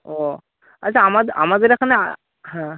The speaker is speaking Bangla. ও আচ্ছা আমাদে আমাদের এখানে হ্যাঁ